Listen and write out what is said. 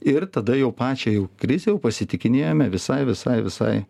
ir tada jau pačią jau krizę jau pasitikinėjome visai visai visai